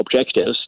objectives